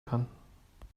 kann